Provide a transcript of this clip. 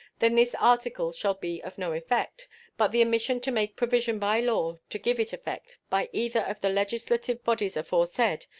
then this article shall be of no effect but the omission to make provision by law to give it effect, by either of the legislative bodies aforesaid,